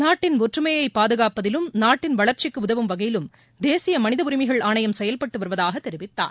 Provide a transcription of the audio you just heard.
நாட்டின் ஒற்றுமையை பாதுகாப்பதிலும் நாட்டின் வளர்ச்சிக்கு உதவும் வகையிலும் தேசிய மனித உரிமைகள் ஆணையம் செயல்பட்டு வருவதாகத் தெரிவித்தார்